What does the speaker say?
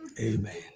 Amen